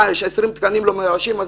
יש 20 תקנים לא מאוישים,